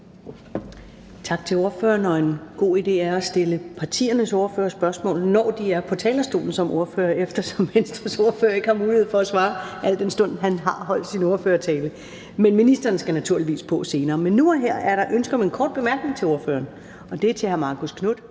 Tak til ordføreren. En god idé er at stille partiernes ordførere spørgsmål, når de er på talerstolen som ordførere, eftersom Venstres ordfører ikke har mulighed for at svare, al den stund han har holdt sin ordførertale. Men ministeren skal naturligvis på senere. Nu og her er der ønske om en kort bemærkning til ordføreren, og det er fra hr. Marcus Knuth